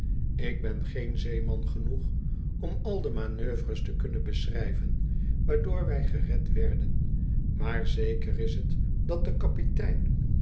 ik ben geen zeeman genoeg om al de manoeuvres te kunnen beschreven waardoor wij gered werden maar zeker is het dat de kapitein